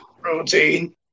protein